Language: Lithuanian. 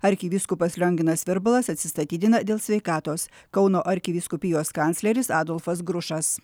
arkivyskupas lionginas virbalas atsistatydina dėl sveikatos kauno arkivyskupijos kancleris adolfas grušas